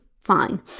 fine